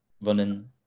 running